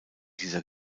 dieser